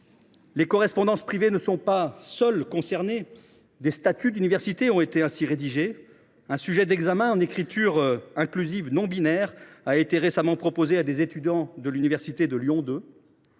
Les correspondances privées ne sont pas les seules à être concernées : des statuts d’université ont été ainsi rédigés ; un sujet d’examen en écriture inclusive non binaire a été récemment proposé à des étudiants de l’université Lyon II.